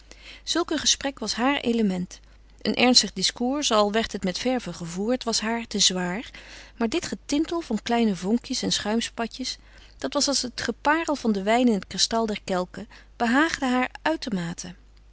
een gesprek was haar element een ernstig discours al werd het met verve gevoerd was haar te zwaar maar dit getintel van kleine vonkjes en schuimspatjes dat was als het geparel van den wijn in het kristal der kelken behaagde haar uitermate